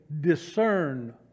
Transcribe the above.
discern